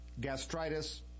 gastritis